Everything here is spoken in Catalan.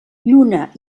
lluna